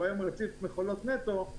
שהיום הוא רציף מכולות נטו,